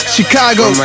Chicago